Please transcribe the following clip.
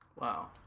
Wow